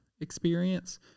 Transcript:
experience